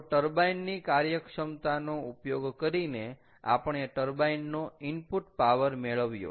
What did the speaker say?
તો ટર્બાઈન ની કાર્યક્ષમતાનો ઉપયોગ કરીને આપણે ટર્બાઈન નો ઈનપુટ પાવર મેળવ્યો